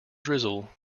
drizzle